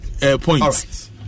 Points